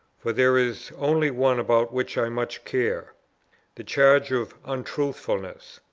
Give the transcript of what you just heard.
for there is only one about which i much care the charge of untruthfulness.